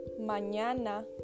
Mañana